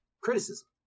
criticism